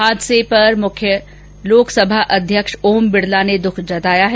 हादसे पर लोकसभा अध्यक्ष ओम बिड़ला ने दुख जताया है